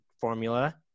formula